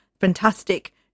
Fantastic